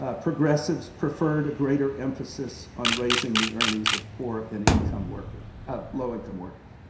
ah progressives preferred a greater emphasis on raising the earnings of poor and income workers of low income workers.